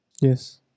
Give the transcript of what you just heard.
Yes